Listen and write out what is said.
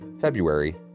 February